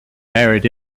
married